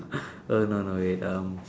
err no no wait um